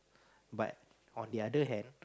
but on the other hand